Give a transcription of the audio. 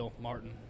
martin